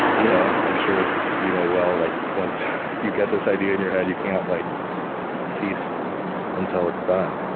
you know i'm sure as you know well like once you get this idea in your head you can't like cease until it's done.